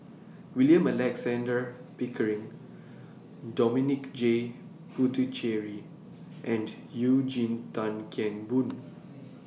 William Alexander Pickering Dominic J Puthucheary and Eugene Tan Kheng Boon